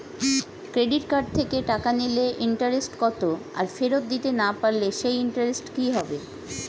Credit card থেকে টাকা নিলে ইন্টারেস্ট কত আর ফেরত দিতে না পারলে সেই ইন্টারেস্ট কি হবে?